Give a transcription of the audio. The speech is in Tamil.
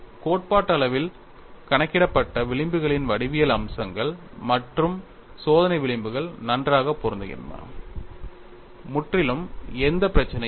கோட்பாட்டளவில் கணக்கிடப்பட்ட விளிம்புகளின் வடிவியல் அம்சங்கள் மற்றும் சோதனை விளிம்புகள் நன்றாக பொருந்துகின்றன முற்றிலும் எந்த பிரச்சனையும் இல்லை